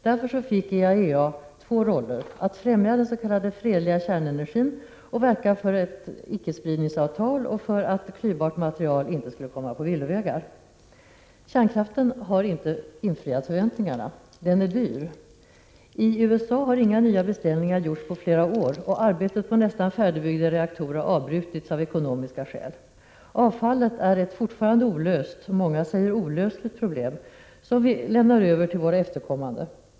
Därför fick IAEA två roller: att främja den s.k. fredliga kärnenergin och verka för ett icke-spridningsavtal och för att klyvbart material inte skulle komma på villovägar. Kärnkraften har inte infriat förväntningarna. Den är dyr. I USA har inga nya beställningar gjorts på flera år, och arbetet på nästan färdigbyggda reaktorer har avbrutits av ekonomiska skäl. Avfallet är ett fortfarande olöst, många säger olösligt, problem som vi lämnar över till våra efterkommande.